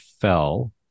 fell